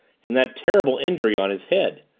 and that terrible injury on his head!